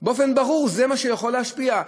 באופן ברור זה מה שיכול להשפיע.